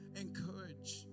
Encourage